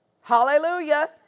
Hallelujah